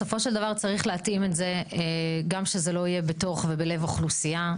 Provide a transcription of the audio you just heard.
בסופו של דבר צריך להתאים את זה גם שזה לא יהיה בתוך ובלב אוכלוסייה.